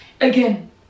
again